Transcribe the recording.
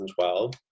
2012